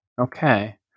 Okay